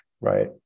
right